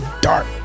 dark